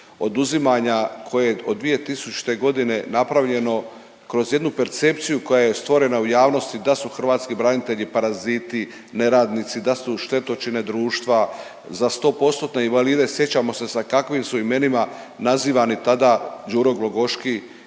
oduzimanja koje od 2000 godine napravljeno kroz jednu percepciju koja je stvorena u javnosti da su hrvatski branitelji paraziti, neradnici, da su štetočine društva, za sto postotne invalide sjećamo se sa kakvim su imenima nazivani tada Đuro Glogoški